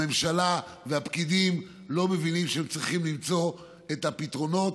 הממשלה והפקידים לא מבינים שהם צריכים למצוא את הפתרונות